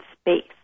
space